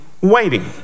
waiting